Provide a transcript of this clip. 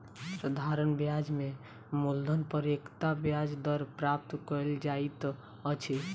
साधारण ब्याज में मूलधन पर एकता ब्याज दर प्राप्त कयल जाइत अछि